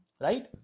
right